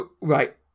right